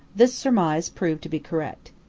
this surmise proved to be correct.